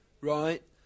right